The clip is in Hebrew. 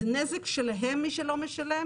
זה נזק שלהם מי שלא משלם.